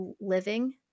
living